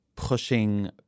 pushing